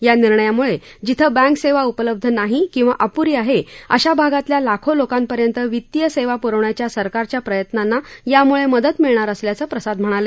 या निर्णयामुळे जिथं बँक सेवा उपलब्ध नाही किंवा अपुरी आहे अशा भागातल्या लाखो लोकांपर्यंत वित्तीय सेवा पुरवण्याच्या सरकारच्या प्रयत्नांना यामुळे मदत मिळणार असल्याचं प्रसाद म्हणाले